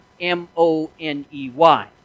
M-O-N-E-Y